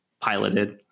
piloted